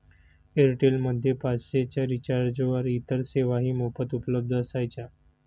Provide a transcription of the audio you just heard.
Airtel मध्ये पाचशे च्या रिचार्जवर इतर सेवाही मोफत उपलब्ध असायच्या